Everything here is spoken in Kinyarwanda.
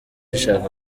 ishaka